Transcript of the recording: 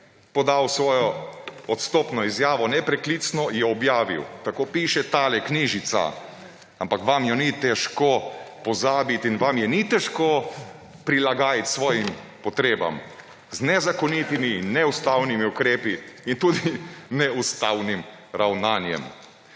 podal svojo odstopno izjavo nepreklicno, jo objavil. Tako piše tale knjižica, ampak vam je ni težko pozabiti in vam je ni težko prilagajati svojim potrebam z nezakonitimi in neustavnimi ukrepi in tudi neustavnim ravnanjem.